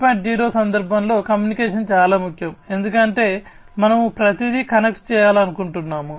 0 సందర్భంలో కమ్యూనికేషన్ చాలా ముఖ్యం ఎందుకంటే మనము ప్రతిదీ కనెక్ట్ చేయాలనుకుంటున్నాము